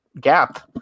gap